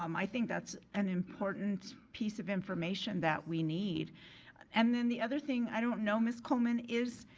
um i think that's an important piece of information that we need and then the other thing i don't know, ms. coleman, is,